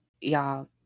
y'all